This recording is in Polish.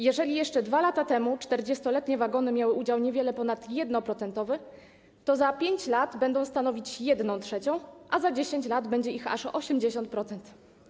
Jeżeli jeszcze 2 lata temu 40-letnie wagony miały udział niewiele ponad 1-procentowy, to za 5 lat będą stanowić jedną trzecią, a za 10 lat będzie ich aż 80%.